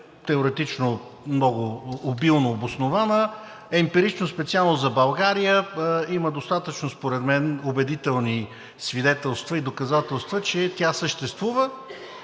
теоретично е обилно обоснована, а емпирично специално за България има достатъчно според мен убедителни свидетелства и доказателства, че тя съществува.